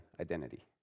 identity